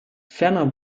ferner